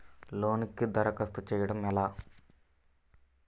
లోనుకి దరఖాస్తు చేయడము ఎలా?